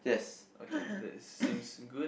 okay that seems good